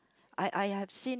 I I have seen